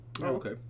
Okay